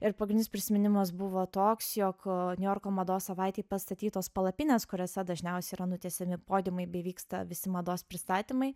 ir pagrindinis prisiminimas buvo toks jog niujorko mados savaitei pastatytos palapinės kuriose dažniausia yra nutiesiami podiumai bei vyksta visi mados pristatymai